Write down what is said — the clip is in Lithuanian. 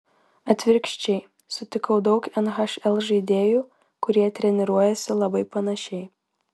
atvirkščiai sutikau daug nhl žaidėjų kurie treniruojasi labai panašiai